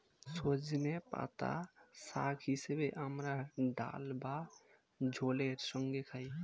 সজনের পাতা শাক হিসেবে আমরা ডাল বা ঝোলের সঙ্গে খাই